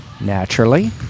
Naturally